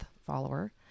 follower